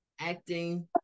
acting